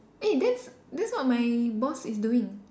eh that's that's what my boss is doing